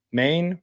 main